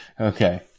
Okay